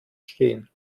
stehen